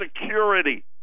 Security